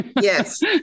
Yes